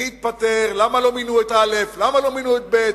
מי התפטר, למה לא מינו את א', למה לא מינו את ב'.